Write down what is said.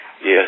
Yes